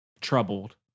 troubled